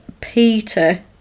Peter